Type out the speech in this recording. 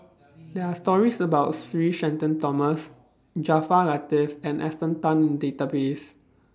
There Are stories about Sir Shenton Thomas Jaafar Latiff and Esther Tan in The Database